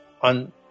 On